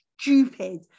stupid